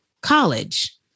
college